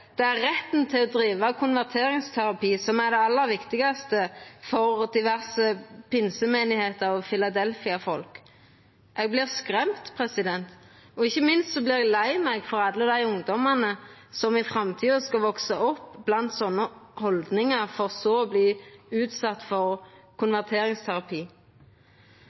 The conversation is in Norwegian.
det er retten til å driva konverteringsterapi som er det aller viktigaste for diverse pinsekyrkjelydar og Filadelfia-folk. Eg vert skremt, og ikkje minst vert eg lei meg på vegner av alle dei ungdommane som i framtida skal veksa opp blant slike haldningar, for så å verta utsette for konverteringsterapi.